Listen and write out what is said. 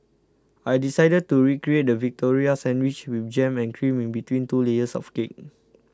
I decided to recreate the Victoria Sandwich with jam and cream in between two layers of cake